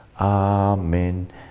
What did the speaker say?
Amen